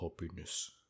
happiness